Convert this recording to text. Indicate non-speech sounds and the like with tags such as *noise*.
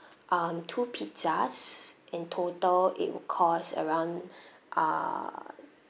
um two pizzas in total it would cost around *breath* uh